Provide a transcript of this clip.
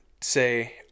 say